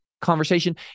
conversation